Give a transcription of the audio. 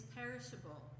perishable